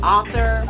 Author